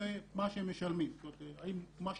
15. "והוא